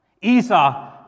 Esau